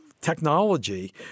technology